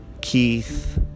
keith